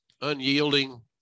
unyielding